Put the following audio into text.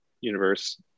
universe